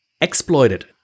exploited